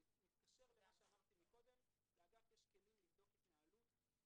זה מתקשר למה שאמרתי קודם - לאגף יש כלים לבדוק התנהלות.